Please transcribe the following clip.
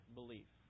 belief